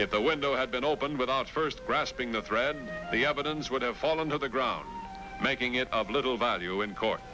if the window had been opened without first grasping the thread the evidence would have fallen to the ground making it of little value in court